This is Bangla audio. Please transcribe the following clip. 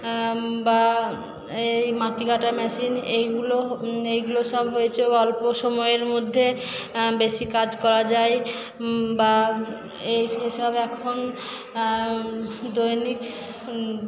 বা মাটি কাটার মেশিন এগুলো এগুলো সব অল্প সময়ের মধ্যে বেশি কাজ করে যায় বা এসব এখন দৈনিক